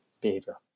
behavior